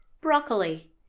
Broccoli